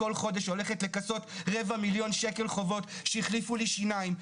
כל חודש הולכת לכסות רב מיליון שקל חובות שהחליפו לי שיניים,